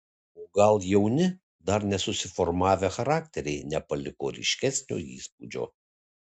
o gal jauni dar nesusiformavę charakteriai nepaliko ryškesnio įspūdžio